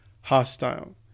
hostile